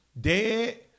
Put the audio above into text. dead